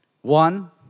One